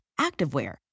activewear